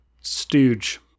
stooge